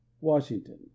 Washington